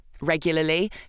regularly